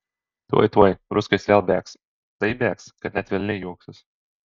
tuoj tuoj ruskis vėl bėgs taip bėgs kad net velniai juoksis